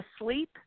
asleep